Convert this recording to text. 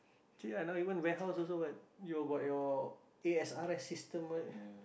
see ah now even warehouse also got you got your A_S_R_S system